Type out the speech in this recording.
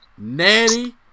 Natty